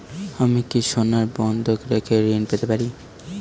আমি কি সোনা বন্ধক রেখে ঋণ পেতে পারি?